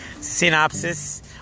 synopsis